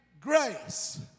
grace